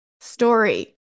story